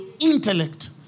intellect